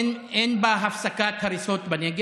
יש בה, אין בה הפסקת הריסות בנגב.